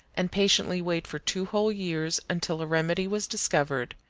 and patiently wait for two whole years until a remedy was discovered,